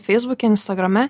feisbuke instagrame